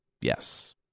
Yes